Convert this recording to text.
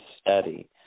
steady